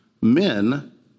Men